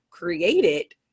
created